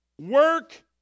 Work